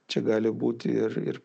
čia gali būti ir ir